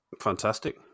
Fantastic